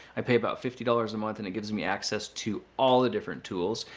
i pay about fifty dollars a month and it gives me access to all the different tools.